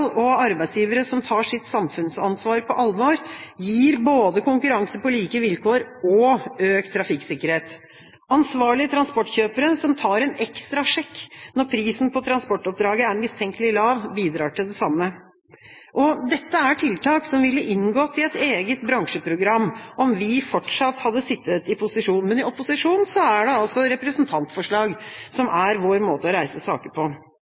og arbeidsgivere som tar sitt samfunnsansvar på alvor, gir både konkurranse på like vilkår og økt trafikksikkerhet. Ansvarlige transportkjøpere, som tar en ekstra sjekk når prisen på transportoppdraget er mistenkelig lav, bidrar til det samme. Dette er tiltak som ville inngått i et eget bransjeprogram om vi fortsatt hadde sittet i posisjon. Men i opposisjon er det altså representantforslag som er vår måte å reise saker på.